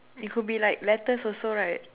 it could be like letters also right